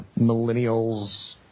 Millennials